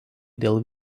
dėl